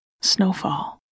Snowfall